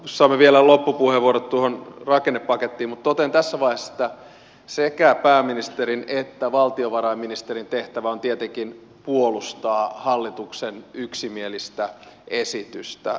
saamme vielä loppupuheenvuorot rakennepaketista mutta totean tässä vaiheessa että sekä pääministerin että valtiovarainministerin tehtävä on tietenkin puolustaa hallituksen yksimielistä esitystä